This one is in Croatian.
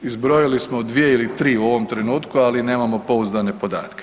Izbrojili smo 2 ili 3 u ovom trenutku, ali nemamo pouzdane podatke.